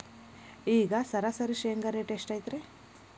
ಈಗ ಸರಾಸರಿ ಶೇಂಗಾ ರೇಟ್ ಎಷ್ಟು ಐತ್ರಿ?